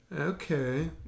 Okay